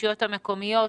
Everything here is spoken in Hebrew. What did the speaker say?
לרשויות המקומיות,